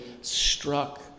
struck